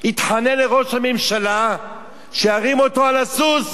התחנן לראש הממשלה שירים אותו על הסוס.